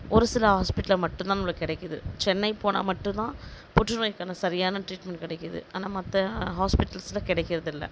ஒரு சில ஹாஸ்பிடலில் மட்டும் நம்மளுக்கு கிடைக்குது சென்னை போனால் மட்டும் தான் புற்றுநோய்க்கான சரியான ட்ரீட்மெண்ட் கிடைக்கிது ஆனால் மற்ற ஹாஸ்பிடல்ஸில் கிடைக்கிறதில்ல